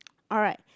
alright